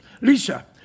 Lisa